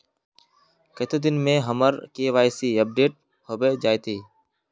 कते दिन में हमर के.वाई.सी अपडेट होबे जयते?